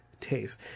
taste